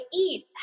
eat